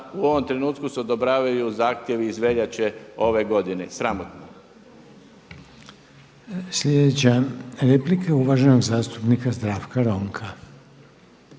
U ovom trenutku se odobravaju zahtjevi iz veljače ove godine, sramotno. **Reiner, Željko (HDZ)** Slijedeća replika je uvaženog zastupnika Zdravka Ronka.